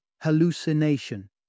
hallucination